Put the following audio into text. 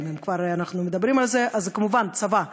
צבא חזק,